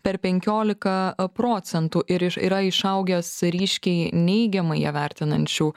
per penkiolika procentų ir iš yra išaugęs ryškiai neigiamai ją vertinančių